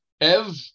Ev